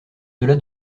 delà